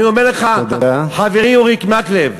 אני אומר לך, חברי אורי מקלב: